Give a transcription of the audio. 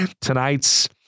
tonight's